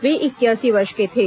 वे इक्यासी वर्ष के थे